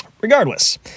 regardless